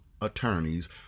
attorneys